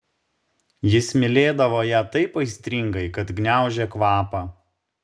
jis mylėdavo ją taip aistringai kad gniaužė kvapą